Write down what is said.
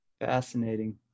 Fascinating